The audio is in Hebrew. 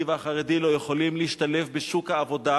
והחרדי לא יכולים להשתלב בשוק העבודה